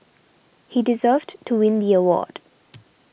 he deserved to win the award